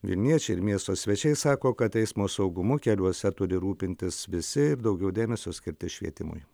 vilniečiai ir miesto svečiai sako kad eismo saugumu keliuose turi rūpintis visi ir daugiau dėmesio skirti švietimui